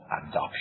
adoption